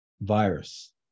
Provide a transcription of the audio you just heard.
virus